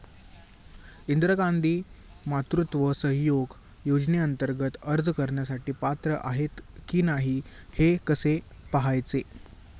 इंदिरा गांधी मातृत्व सहयोग योजनेअंतर्गत अर्ज करण्यासाठी पात्र आहे की नाही हे कसे पाहायचे?